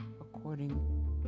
according